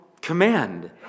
command